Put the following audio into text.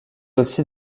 aussi